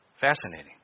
Fascinating